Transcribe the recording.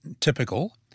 typical